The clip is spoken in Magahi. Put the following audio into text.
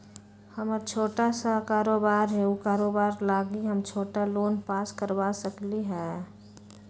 हमर छोटा सा कारोबार है उ कारोबार लागी हम छोटा लोन पास करवा सकली ह?